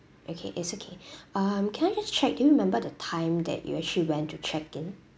okay it's okay um can I just check do you remember the time that you actually went to check in